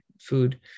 food